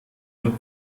nur